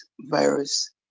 virus